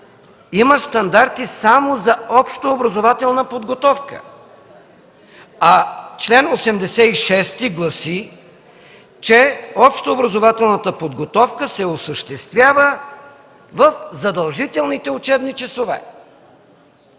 има стандарти само за общообразователна подготовка, а чл. 86 гласи, че общообразователната подготовка се осъществява в задължителните учебни часове.